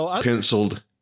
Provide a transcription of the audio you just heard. penciled